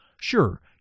Sure